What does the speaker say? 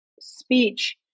speech